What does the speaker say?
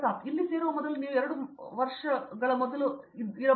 ಪ್ರತಾಪ್ ಹರಿದಾಸ್ ಇಲ್ಲಿ ಸೇರುವ ಮೊದಲು ನೀವು 2 3 ವರ್ಷಗಳ ಹಿಂದೆ ಇದ್ದೀರಿ